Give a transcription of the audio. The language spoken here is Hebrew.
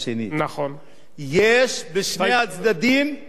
יש בשני הצדדים מהדוגמה שאתה אמרת: